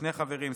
שני חברים,